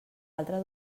altra